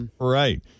right